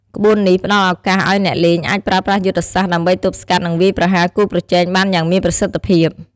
ក្បួននេះផ្តល់ឱកាសឲ្យអ្នកលេងអាចប្រើប្រាស់យុទ្ធសាស្ត្រដើម្បីទប់ស្កាត់ និងវាយប្រហារគូប្រជែងបានយ៉ាងមានប្រសិទ្ធភាព។